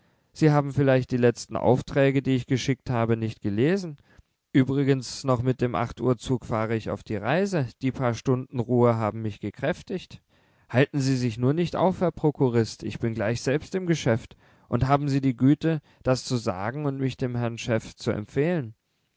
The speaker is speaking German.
sie haben vielleicht die letzten aufträge die ich geschickt habe nicht gelesen übrigens noch mit dem achtuhrzug fahre ich auf die reise die paar stunden ruhe haben mich gekräftigt halten sie sich nur nicht auf herr prokurist ich bin gleich selbst im geschäft und haben sie die güte das zu sagen und mich dem herrn chef zu empfehlen